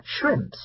shrimps